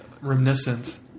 reminiscent